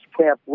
camp